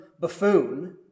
buffoon